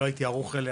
לא הייתי ערוך אליה